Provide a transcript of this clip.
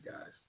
guys